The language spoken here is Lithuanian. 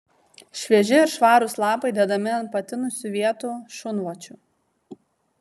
švieži ir švarūs lapai dedami ant patinusių vietų šunvočių